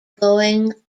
going